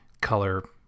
color